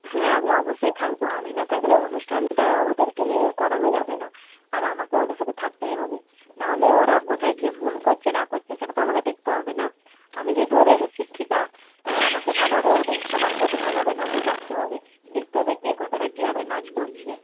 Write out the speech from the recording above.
হ্যাঁ আমি অবশ্যই থাকব আমি না থাকলে অনুষ্ঠানটা ওদেরকে নিয়ে করানো যাবে না আর আমাকে ওদের সাথে থাকতেই হবে না হলে ওরা কোথায় কী ভুল করছে না করছে সেটা তো আমাকে দেখতে হবে না আমি যেহেতু ওদের শিক্ষিকা তাই আমাকে ভালোভাবে ওদের সবার প্রতি ভালোভাবে নজর রাখতে হবে দেখতে হবে কে কতটা কীভাবে নাচ করছে